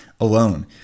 alone